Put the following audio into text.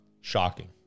shocking